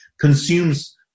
consumes